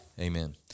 Amen